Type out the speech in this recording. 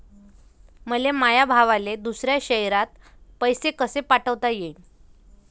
मले माया भावाले दुसऱ्या शयरात पैसे कसे पाठवता येईन?